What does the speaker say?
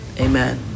Amen